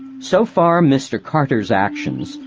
so far, mr. carter's actions,